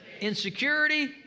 insecurity